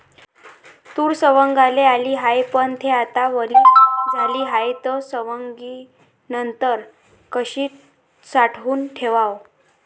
तूर सवंगाले आली हाये, पन थे आता वली झाली हाये, त सवंगनीनंतर कशी साठवून ठेवाव?